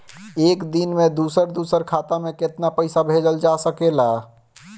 एक दिन में दूसर दूसर खाता में केतना पईसा भेजल जा सेकला?